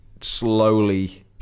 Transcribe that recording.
slowly